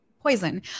poison